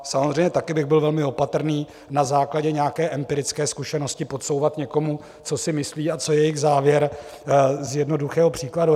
Samozřejmě také bych byl velmi opatrný na základě nějaké empirické zkušenosti podsouvat někomu, co si myslí a co je jejich závěr z jednoduchého příkladu.